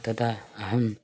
तथा अहम्